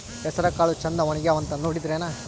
ಹೆಸರಕಾಳು ಛಂದ ಒಣಗ್ಯಾವಂತ ನೋಡಿದ್ರೆನ?